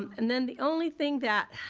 and then the only thing that